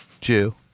Jew